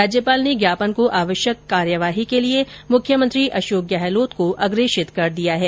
राज्यपाल ने ज्ञापन को आवश्यक कार्यवाही के लिए मुख्यमंत्री अशोक गड़लोत को अप्रेषित कर दिया है